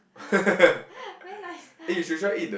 very nice